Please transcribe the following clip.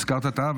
הזכרת את האב,